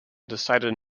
decided